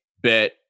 bet